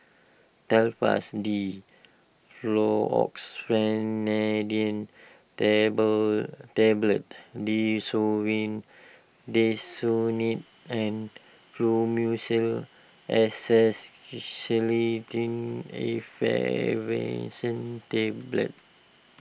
Telfast D table Tablets Desowen Desonide and Fluimucil Effervescent Tablets